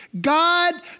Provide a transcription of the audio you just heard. God